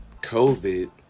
COVID